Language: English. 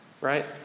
Right